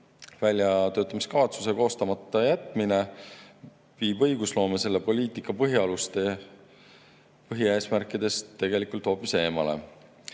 Väljatöötamiskavatsuse koostamata jätmine viib õigusloome selle poliitika põhialuste põhieesmärkidest tegelikult hoopis eemale.